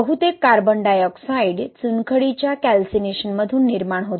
बहुतेक carbon dioxide चुनखडीच्या कॅल्सीनेशनमधून निर्माण होते